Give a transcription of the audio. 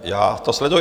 Já to sleduju.